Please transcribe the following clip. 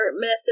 method